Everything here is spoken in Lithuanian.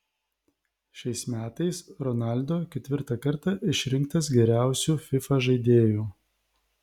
šiais metais ronaldo ketvirtą kartą išrinktas geriausiu fifa žaidėju